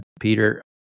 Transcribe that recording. Peter